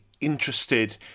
interested